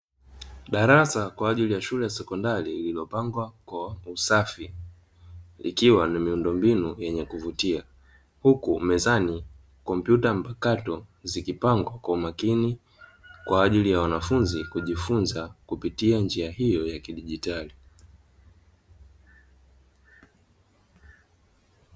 Darasa kwa ajili ya shule ya sekondari lililopangwa kwa usafi, likiwa na miundombinu yenye kuvutia, huku mezani kompyuta mpakato zikipangwa kwa umakini kwa ajili ya wanafunzi kujifunza kupitia njia hiyo ya kidijitali.